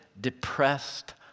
depressed